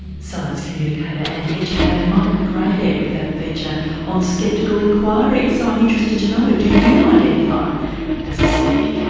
science communicator and educator mike mcrae there with that feature on skeptical enquiry. so i'm interested to know, do you identify as a skeptic?